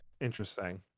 interesting